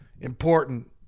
important